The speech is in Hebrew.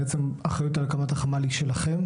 בעצם, האחריות על הקמת החמ"ל היא שלכם?